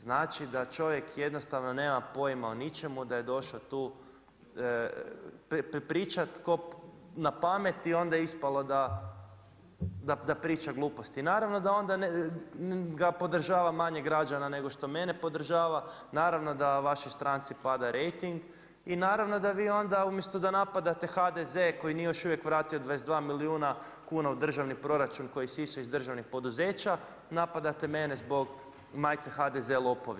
Znači da čovjek jednostavno nema pojma o ničemu, da je došao tu prepričat napamet i onda je ispalo da priča gluposti i naravno da onda ga podržava manje građana nego što mene podražava, naravno da vašoj stranci para rejting i naravno da vi onda umjesto da napadate HDZ koji nije još uvijek 22 milijuna kuna u državni proračun koji je isisao iz državnih poduzeća, napadate mene zbog majice HDZ lopovi.